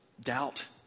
doubt